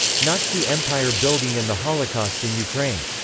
nazi empire-building and the holocaust in ukraine.